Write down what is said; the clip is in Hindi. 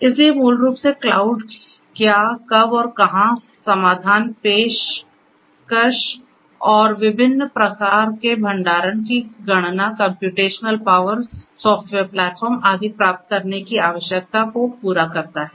इसलिए मूल रूप से क्लाउड क्या कब और कहां समाधानपेशकश और विभिन्न प्रकार के भंडारण की गणना कम्प्यूटेशनल पावर सॉफ्टवेयर प्लेटफॉर्म आदि प्राप्त करने की आवश्यकता को पूरा करता है